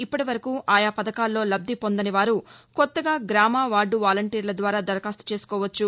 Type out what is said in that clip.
ఇప్పటివరకు ఆయా పథకాల్లో లబ్దిపొందని వారు కొత్తగా గ్రామ వార్డు వాలంటీర్ల ద్వారా దరఖాస్తు చేసుకోవచ్చు